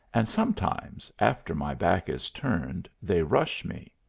and sometimes, after my back is turned, they rush me.